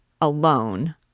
alone